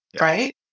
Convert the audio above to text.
right